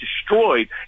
destroyed